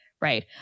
right